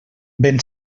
ben